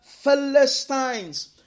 Philistines